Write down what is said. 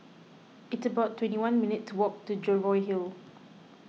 it's about twenty one minutes' walk to Jervois Hill